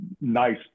nice